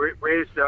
raised